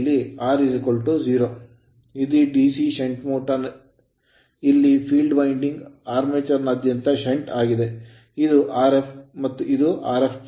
ಇಲ್ಲಿ feild winding field winding armature armature ನಾದ್ಯಂತ shunt shunt ಆಗಿದೆ ಇದು Rf ಮತ್ತು ಇದು Rf